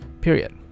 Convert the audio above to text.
period